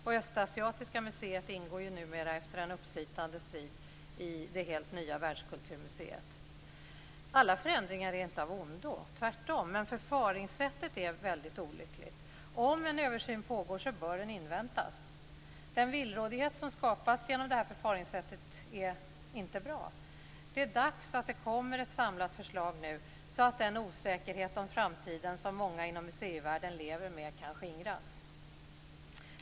Och Östasiatiska museet ingår ju numera, efter en uppslitande strid, i det helt nya Världskulturmuseet. Alla förändringar är inte av ondo, tvärtom. Men förfaringssättet är väldigt olyckligt. Om en översyn pågår bör den inväntas. Den villrådighet som skapas genom det här förfaringssättet är inte bra. Det är dags att det kommer ett samlat förslag nu, så att den osäkerhet om framtiden som många inom museivärlden lever med kan skingras.